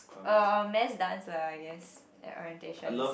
uh mass dance lah I guess ya orientations